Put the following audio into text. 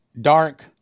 dark